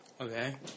Okay